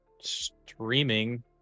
streaming